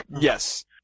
Yes